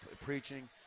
preaching